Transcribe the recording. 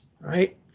right